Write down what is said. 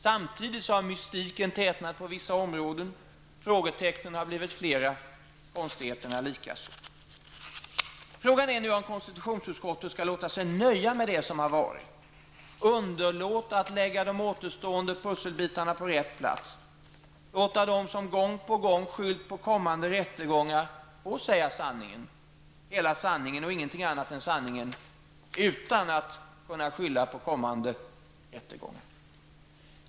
Samtidigt har mystiken tätnat på vissa områden, frågetecknen har blivit flera, konstigheterna likaså. Frågan är nu om KU skall låta sig nöja med det som varit, underlåta att lägga de återstående pusselbitarna på rätt plats, låta dem som gång på gång skyllt på kommande rättegångar få säga sanningen, hela sanningen och ingenting annat än sanningen, utan att kunna skylla på kommande rättegångar.